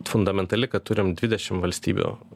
fundamentali kad turim dvidešim valstybių